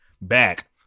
back